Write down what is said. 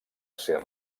ser